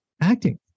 acting